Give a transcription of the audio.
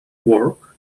work